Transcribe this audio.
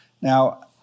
Now